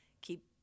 keep